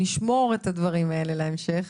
נשמור את הדברים האלה להמשך,